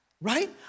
right